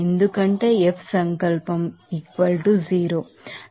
కాబట్టి ఇక్కడ Ws 0 మరియు ఫ్రిక్షనల్ ఫోర్స్ 0